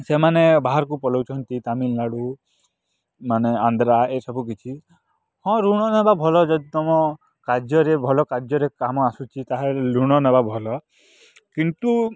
ସେମାନେ ବାହାରକୁ ପଳାଉଛନ୍ତି ତାମିଲନାଡ଼ୁ ମାନେ ଆନ୍ଧ୍ରା ଏସବୁ କିଛି ହଁ ଋଣ ନେବା ଭଲ ଯଦି ତୁମ କାର୍ଯ୍ୟରେ ଭଲ କାର୍ଯ୍ୟରେ କାମ ଆସୁଛି ତା'ହେଲେ ଋଣ ନେବା ଭଲ କିନ୍ତୁ